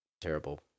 terrible